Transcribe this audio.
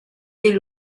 est